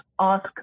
ask